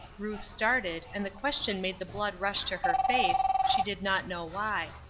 ruth started, and the question made the blood rush to her face, she did not know why.